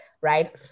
right